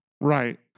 Right